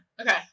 Okay